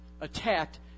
attacked